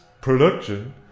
production